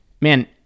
man